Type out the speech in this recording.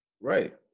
Right